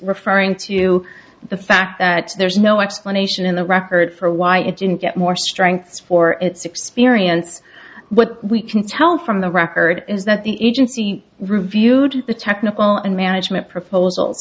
referring to the fact that there's no explanation in the record for why it didn't get more strengths for its experience what we can tell from the record is that the agency reviewed the technical and management proposals